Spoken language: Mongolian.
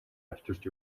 авчирч